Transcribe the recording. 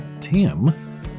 tim